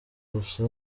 gusa